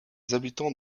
habitants